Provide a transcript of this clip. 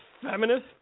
feminist